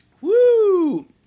Woo